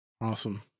Awesome